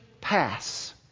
pass